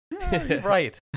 Right